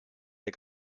der